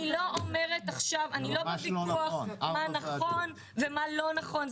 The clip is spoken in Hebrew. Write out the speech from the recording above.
אני לא בוויכוח עכשיו על מה נכון ומה לא נכון.